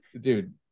dude